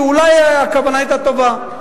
ואולי הכוונה היתה טובה.